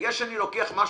ובגלל שאני לוקח משהו,